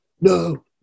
no